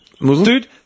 Dude